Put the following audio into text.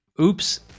Oops